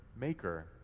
Maker